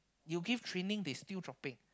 you give training they still dropping